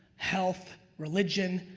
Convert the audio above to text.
health, religion,